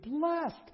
blessed